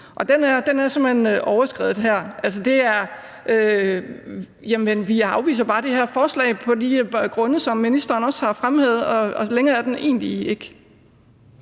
hen overskredet her. Jamen vi afviser bare det her forslag af de grunde, som ministeren også har fremhævet, og længere er den egentlig ikke.